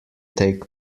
take